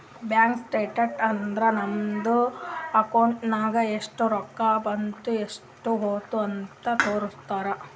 bank statement ಅಂದುರ್ ನಮ್ದು account ನಾಗ್ ಎಸ್ಟ್ ರೊಕ್ಕಾ ಬಂದು ಎಸ್ಟ್ ಹೋದು ಅಂತ್ ತೋರುಸ್ತುದ್